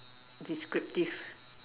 descriptive